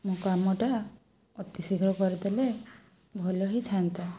ମୋ କାମଟା ଅତିଶୀଘ୍ର କରିଦେଲେ ଭଲ ହେଇଥାନ୍ତା